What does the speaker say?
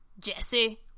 Jesse